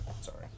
sorry